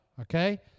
Okay